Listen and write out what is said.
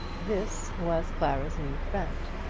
this was clara's new friend.